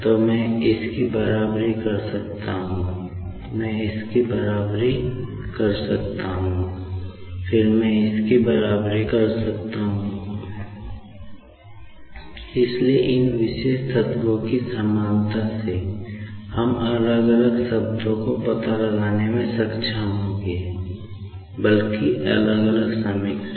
तो मैं इस की बराबरी कर सकता हूं मैं इस की बराबरी कर सकता हूं फिर मैं इस की बराबरी कर सकता हूं इसलिए इन विशेष तत्वों की समानता से हम अलग अलग शब्दों का पता लगाने में सक्षम होंगे बल्कि अलग अलग समीकरण